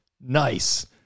nice